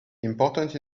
important